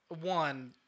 one